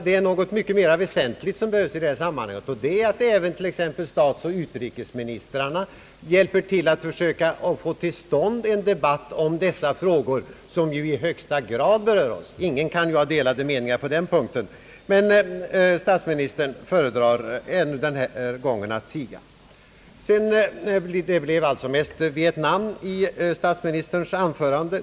Det finns mera väsentliga saker i sammanhanget, och statsoch utrikesministrarna bör hjälpa till att försöka få till stånd en debatt i frågor som i högsta grad berör oss. Ingen kan ha delade meningar om angelägenheten härav. Statsministern föredrar även den här gången att tiga. Det blev mest Vietnam i hans anförande.